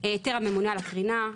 היתר הממונה על הקרינה,